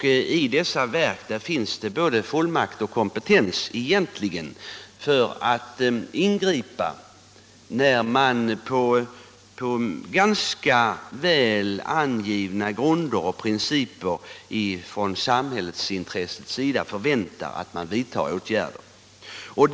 I dessa verk finns både fullmakt och kompetens för att kunna ingripa när samhällsintressena på ganska väl angivna grunder och principer förväntar att åtgärder vidtas.